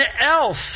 else